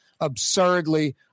absurdly